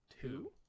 Two